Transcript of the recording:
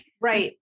Right